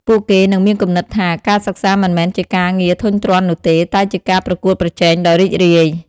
ពួកគេនឹងមានគំនិតថា ការសិក្សាមិនមែនជាការងារធុញទ្រាន់នោះទេ តែជាការប្រកួតប្រជែងដ៏រីករាយ។